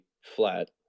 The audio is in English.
flat